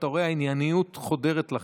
אתה רואה שהענייניות חודרת לחדר.